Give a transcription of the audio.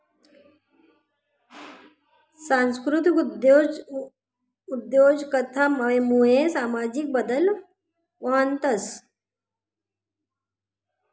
सांस्कृतिक उद्योजकता मुये सामाजिक बदल व्हतंस